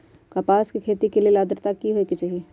कपास के खेती के लेल अद्रता की होए के चहिऐई?